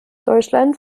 deutschland